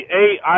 eight